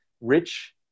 rich